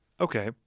Okay